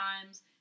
times